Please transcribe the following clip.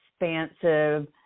expansive